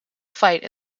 fight